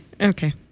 Okay